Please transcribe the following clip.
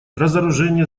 разоружение